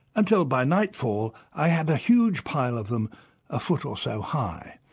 until by nightfall i had a huge pile of them a foot or so high,